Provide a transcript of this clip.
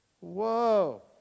Whoa